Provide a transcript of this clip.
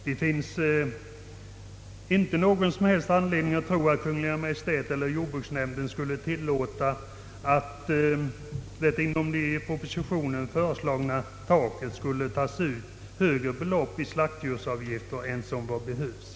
Det finns inte någon som helst anledning att tro att Kungl. Maj:t eller jordbruksnämnden skulle tillåta att det under det i propositionen föreslagna taket skulle tas ut högre belopp i slaktdjursavgifter än som behövs.